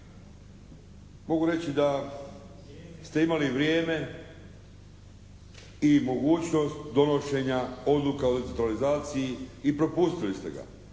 Mogu reći da ste imali vrijeme i mogućnost donošenja odluke o decentralizaciji i propustili ste ga.